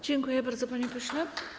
Dziękuję bardzo, panie pośle.